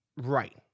Right